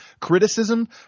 criticism